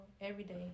everyday